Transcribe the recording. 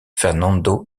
fernando